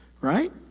right